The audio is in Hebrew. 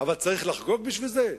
אבל צריך לחגוג בשביל זה?